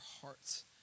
hearts